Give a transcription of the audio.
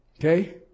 Okay